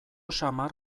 samar